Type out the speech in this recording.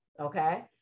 okay